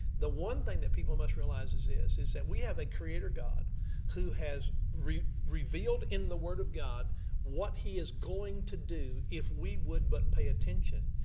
the one thing that people must realize is this, is that we have a creator god who has revealed in the word of god what he is going to do if we would but pay attention.